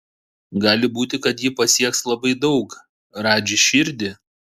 gali būti kad ji pasieks labai daug radži širdį